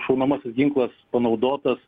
šaunamasis ginklas panaudotas